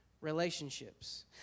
relationships